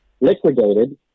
liquidated